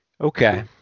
Okay